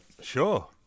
Sure